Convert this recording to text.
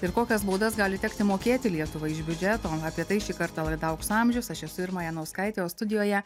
ir kokias baudas gali tekti mokėti lietuvai iš biudžeto apie tai šį kartą laida aukso amžius aš esu irma janauskaitė o studijoje